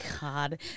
god